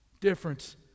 difference